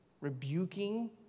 rebuking